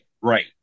right